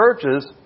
churches